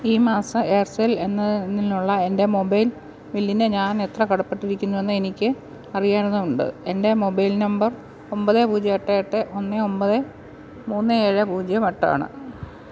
ഈ മാസം എയർസെൽ എന്നതിനുള്ള എന്റെ മൊബൈൽ ബില്ലിന് ഞാൻ എത്ര കടപ്പെട്ടിരിക്കുന്നു എന്ന് എനിക്ക് അറിയേണ്ടതുണ്ട് എൻ്റെ മൊബൈൽ നമ്പർ ഒമ്പത് പൂജ്യം എട്ട് എട്ട് ഒന്ന് ഒമ്പത് മൂന്ന് ഏഴ് പൂജ്യം എട്ട് ആണ്